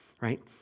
Right